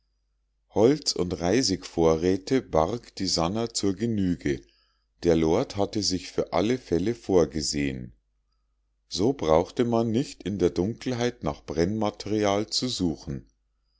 holz und reisigvorräte barg die sannah zur genüge der lord hatte sich für alle fälle vorgesehen so brauchte man nicht in der dunkelheit nach brennmaterial zu suchen